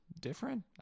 different